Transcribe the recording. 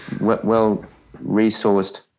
well-resourced